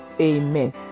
Amen